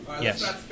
Yes